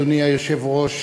אדוני היושב-ראש,